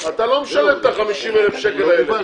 את לא משלם את ה-50 אלף שקל אלה,